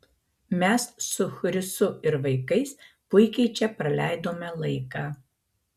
mes su chrisu ir vaikais puikiai čia praleidome laiką